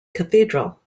cathedral